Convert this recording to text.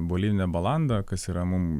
bolivinė balanda kas yra mum